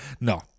No